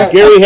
Gary